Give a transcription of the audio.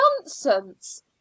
nonsense